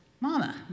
mama